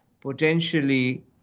potentially